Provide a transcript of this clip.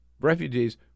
refugees